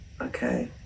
Okay